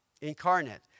incarnate